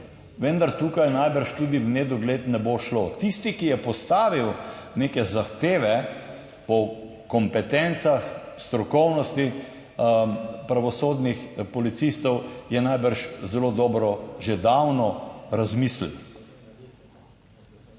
vendar tukaj najbrž tudi v nedogled ne bo šlo. Tisti, ki je postavil neke zahteve po kompetencah, strokovnosti pravosodnih policistov, je najbrž zelo dobro že davno razmisliti.